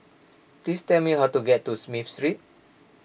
please tell me how to get to Smith Street